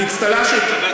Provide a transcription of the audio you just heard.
באצטלה של,